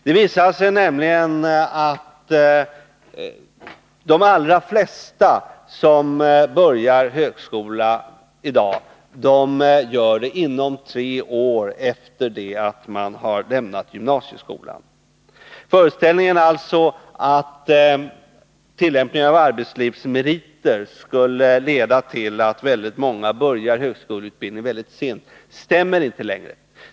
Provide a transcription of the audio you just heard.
Det visar sig nämligen att de allra flesta som påbörjar en högskoleutbildning i dag gör det inom tre år efter det att de lämnat gymnasieskolan. Föreställningen att tillämpningen av arbetslivsmeriter skulle leda till att väldigt många börjar högskoleutbildningen sent stämmer inte längre.